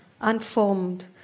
unformed